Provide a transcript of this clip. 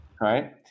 right